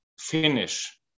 finish